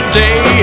day